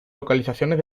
localizaciones